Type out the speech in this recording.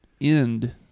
end